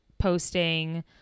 posting